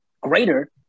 Greater